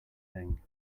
thing